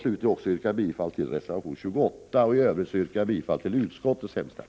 Slutligen vill jag yrka bifall till reservation 28 och i övrigt bifall till utskottets hemställan.